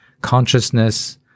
consciousness